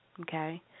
okay